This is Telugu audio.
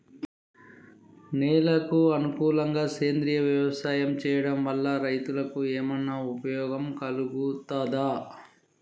నేలకు అనుకూలంగా సేంద్రీయ వ్యవసాయం చేయడం వల్ల రైతులకు ఏమన్నా ఉపయోగం కలుగుతదా?